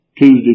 Tuesday